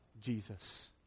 Jesus